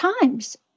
Times